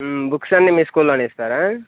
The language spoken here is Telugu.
బుక్స్ అన్ని మీ స్కూల్లోనే ఇస్తారా